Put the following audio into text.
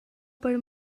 per